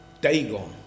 Dagon